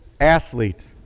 athlete